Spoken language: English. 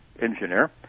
engineer